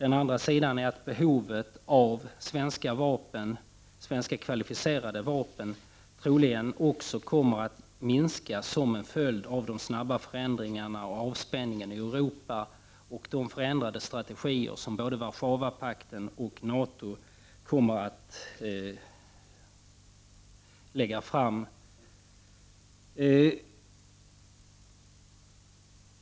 Den andra består i att behovet av svenska kvalificerade vapen troligen också kommer att minska som en följd av de snabba förändringarna och avspänningen i Europa samt de förändrade strategier som både Warszawapakten och NATO kommer att lägga fram.